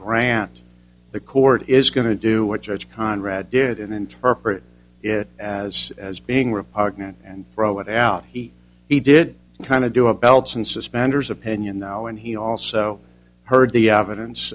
grant the court is going to do what judge conrad did and interpret it as as being repugnant and throw it out he he did kind of do a belts and suspenders opinion though and he also heard the evidence